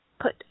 put